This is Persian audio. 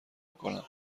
میکنن